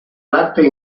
latte